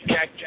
Jack